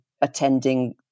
attending